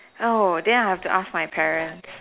oh then I'll have to ask my parents